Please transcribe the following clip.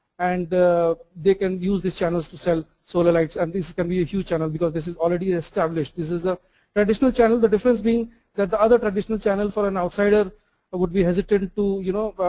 and they can use these channels to sell solar lights and these can be a huge channel because this is already and established. this is traditional channel, the difference mean that the other traditional channel for an outsider but would be hesitant to, you know,